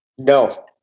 No